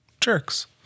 Jerks